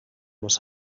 was